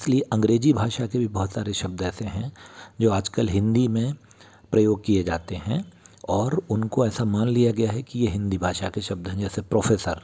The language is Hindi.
इसलिए अंग्रेजी भाषा के भी बहुत सारे शब्द ऐसे हैं जो आजकल हिन्दी में प्रयोग किए जाते हैं और उनको ऐसा मान लिया गया है कि यह हिन्दी भाषा के शब्द हैं जैसे प्रोफ़ेसर